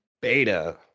Beta